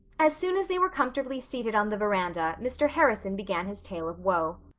as soon as they were comfortably seated on the veranda mr. harrison began his tale of woe.